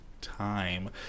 time